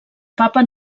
papa